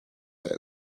bed